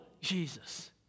Jesus